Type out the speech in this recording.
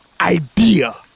idea